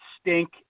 stink